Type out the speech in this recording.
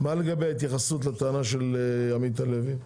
מה לגבי ההתייחסות לטענה של עמית הלוי?